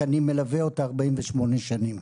שאני מלווה אותה 48 שנים?